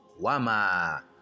Wama